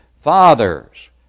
fathers